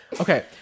okay